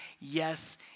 yes